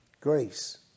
Grace